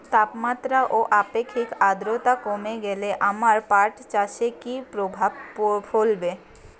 তাপমাত্রা ও আপেক্ষিক আদ্রর্তা কমে গেলে আমার পাট চাষে কী প্রভাব ফেলবে?